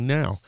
now